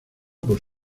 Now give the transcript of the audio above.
por